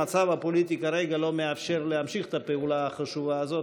המצב הפוליטי כרגע לא מאפשר להמשיך את הפעולה החשובה הזאת,